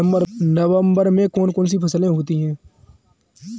नवंबर में कौन कौन सी फसलें होती हैं?